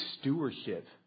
stewardship